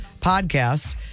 podcast